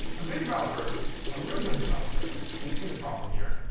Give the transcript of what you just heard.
um good developer a real good developer can see the problem here,